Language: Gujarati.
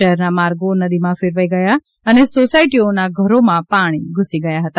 શહેરના માર્ગો નદીમાં ફેરવાઈ ગયા હતા અને સોસાયટીઓમાં ઘરોમાં પાણી ઘ્રસી ગયા હતા